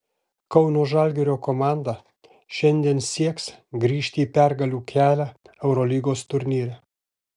kauno žalgirio komanda šiandien sieks grįžti į pergalių kelią eurolygos turnyre